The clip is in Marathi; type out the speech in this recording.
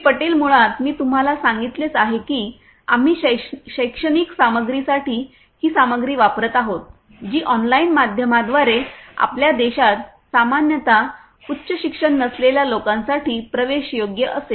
पटेल मुळात मी तुम्हाला सांगितलेच आहे की आम्ही शैक्षणिक सामग्रीसाठी ही सामग्री वापरत आहोत जी ऑनलाइन माध्यमांद्वारे आपल्या देशात सामान्यतः उच्च शिक्षण नसलेल्या लोकांसाठी प्रवेशयोग्य असेल